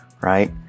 right